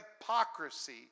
hypocrisy